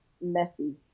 messy